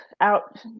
out